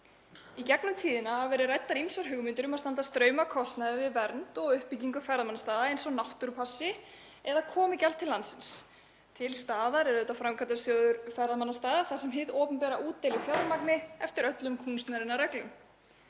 Í gegnum tíðina hafa verið ræddar ýmsar hugmyndir um að standa straum af kostnaði við vernd og uppbyggingu ferðamannastaða eins og náttúrupassi eða komugjald til landsins. Til staðar er Framkvæmdasjóður ferðamannastaða þar sem hið opinbera útdeilir fjármagni eftir öllum kúnstarinnar reglum.